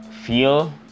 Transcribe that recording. feel